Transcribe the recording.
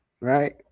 right